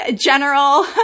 general